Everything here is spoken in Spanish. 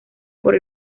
por